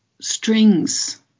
strings